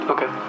Okay